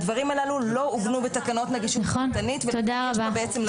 הדברים הללו לא הובנו בתקנות נגישות פרטנית ויש פה לקונה.